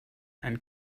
and